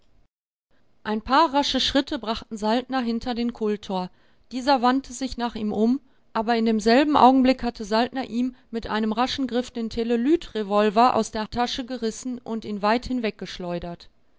ein paar rasche schritte brachten saltner hinter den kultor dieser wandte sich nach ihm um aber in demselben augenblick hatte saltner ihm mit einem raschen griff den telelytrevolver aus der tasche gerissen und ihn weit